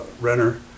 Renner